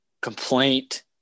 complaint